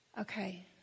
Okay